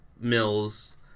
Mills